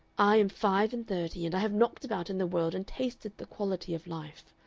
i am five-and-thirty, and i have knocked about in the world and tasted the quality of life.